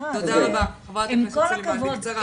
ח"כ סלימאן בקצרה.